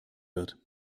wird